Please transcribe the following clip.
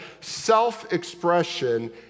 self-expression